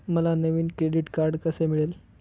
मला नवीन credit card कसे मिळेल?